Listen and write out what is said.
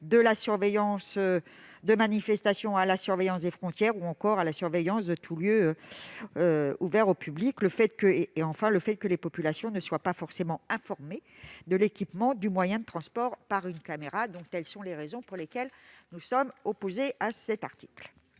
de la surveillance de manifestations à la surveillance des frontières, ou encore à la surveillance de tous les lieux « ouverts au public ». Je pense enfin au fait que les populations ne soient pas forcément informées de l'équipement du moyen de transport par une caméra. Telles sont les raisons pour lesquelles nous sommes opposés à cet article.